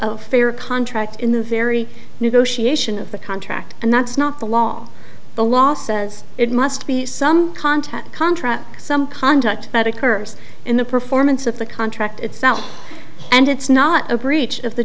of fair contract in the very negotiation of the contract and that's not the law the law says it must be some contact contract some conduct that occurs in the performance of the contract itself and it's not a breach of the